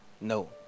No